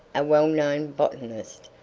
a well-known botanist,